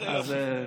איזה יופי.